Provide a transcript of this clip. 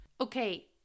Okay